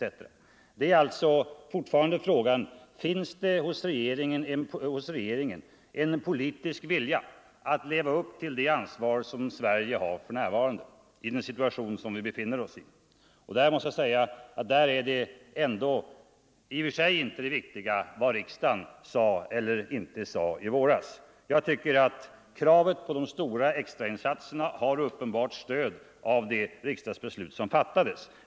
Frågan är alltså fortfarande: Finns det hos regeringen en politisk vilja att leva upp till det ansvar som Sverige har i den situation vi befinner oss i? Jag måste säga att därvidlag är ändå inte i och för sig det viktiga vad riksdagen sade eller inte sade. Kravet på de stora extrainsatserna har uppenbart stöd av det riksdagsbeslut som fattades.